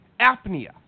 apnea